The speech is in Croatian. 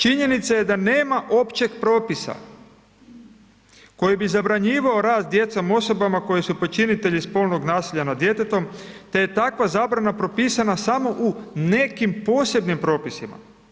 Činjenica je da nema općeg propisa koji bi zabranjivao rad sa djecom osobama koje su počinitelji spolnog nasilja nad djetetom te je takva zabrana propisana samo u nekim posebnim propisima.